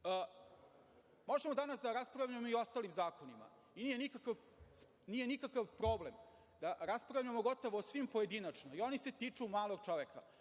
efekta. Možemo danas da raspravljamo i o ostalim zakonima i nije nikakav problem da raspravljamo gotovo o svim pojedinačno, i oni se tiču malog čoveka.